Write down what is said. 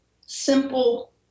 Simple